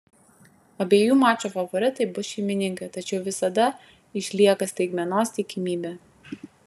abiejų mačų favoritai bus šeimininkai tačiau visada išlieka staigmenos tikimybė